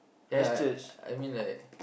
ya I mean like